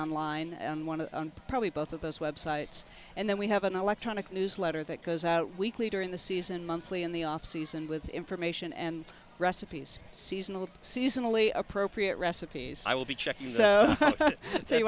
online and one of probably both of those websites and then we have an electronic newsletter that goes out weekly during the season monthly in the off season with information and recipes seasonal seasonally appropriate recipes i will be check